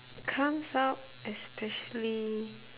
comes out especially